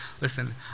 Listen